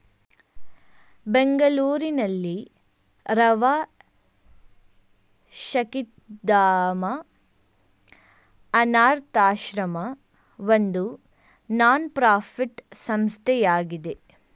ಬೆಂಗಳೂರಿನಲ್ಲಿರುವ ಶಕ್ತಿಧಾಮ ಅನಾಥಶ್ರಮ ಒಂದು ನಾನ್ ಪ್ರಫಿಟ್ ಸಂಸ್ಥೆಯಾಗಿದೆ